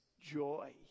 joy